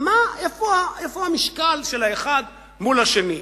איפה המשקל של האחד מול השני?